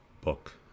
book